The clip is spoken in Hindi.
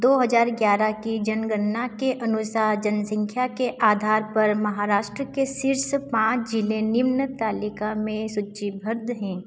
दो हजार ग्यारह की जनगणना के अनुसार जनसंख्या के आधार पर महाराष्ट्र के शीर्ष पाँच जिले निम्न तालिका में सूचीबद्ध हैं